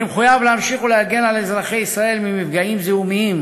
אני מחויב להמשיך ולהגן על אזרחי ישראל ממפגעים זיהומיים